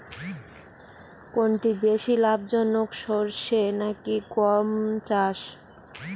কোনটি বেশি লাভজনক সরষে নাকি গম চাষ?